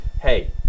hey